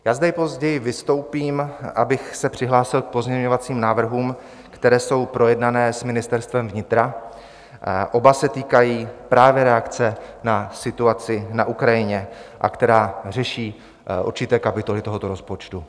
Já zde později vystoupím, abych se přihlásil k pozměňovacím návrhům, které jsou projednané s Ministerstvem vnitra, oba se týkají právě reakce na situaci na Ukrajině, a které řeší určité kapitoly tohoto rozpočtu.